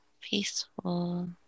Peaceful